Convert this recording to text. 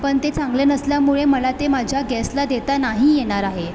पण ते चांगले नसल्यामुळे मला ते माझ्या गेस्टला देता नाही येणार आहे